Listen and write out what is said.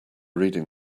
reading